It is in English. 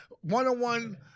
One-on-one